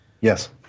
yes